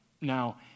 Now